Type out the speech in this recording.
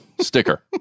sticker